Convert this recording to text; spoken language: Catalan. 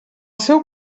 seu